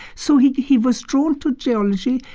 so he he was drawn to geology.